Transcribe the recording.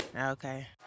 Okay